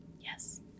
Yes